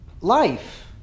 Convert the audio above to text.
life